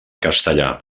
castellà